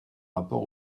rapport